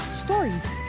stories